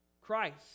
Christ